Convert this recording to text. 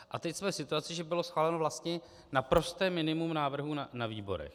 A teď jsme v situaci, že bylo schváleno vlastně naprosté minimum návrhů na výborech.